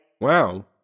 wow